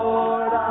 Lord